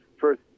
first